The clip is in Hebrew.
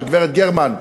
של הגברת גרמן,